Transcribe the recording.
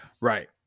right